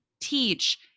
teach